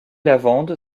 lavande